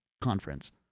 conference